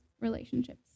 relationships